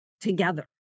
together